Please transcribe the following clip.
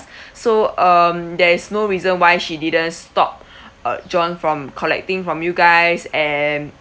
so um there is no reason why she didn't stop uh john from collecting from you guys and